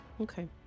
Okay